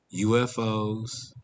UFOs